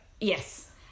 Yes